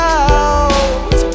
out